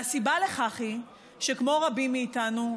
והסיבה לך היא שכמו רבים מאיתנו,